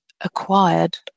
acquired